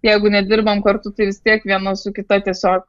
jeigu nedirbam kartu tai vis tiek viena su kita tiesiog